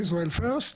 Israel first,